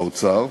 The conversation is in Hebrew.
באוצר,